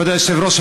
כבוד היושב-ראש,